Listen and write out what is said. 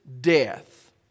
death